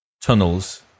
tunnels